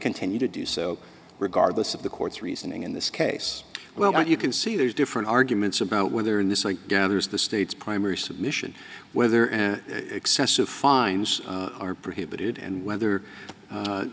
continue to do so regardless of the court's reasoning in this case well that you can see there's different arguments about whether in this i gather is the state's primary submission whether an excessive fines are prohibited and whether